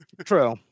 True